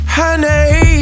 Honey